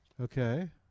Okay